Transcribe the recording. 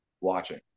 watching